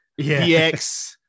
VX